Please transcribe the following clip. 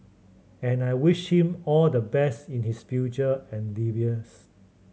and I wish him all the best in his future endeavours